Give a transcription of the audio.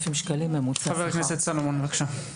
חבר הכנסת סולומון, בבקשה.